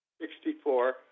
Sixty-four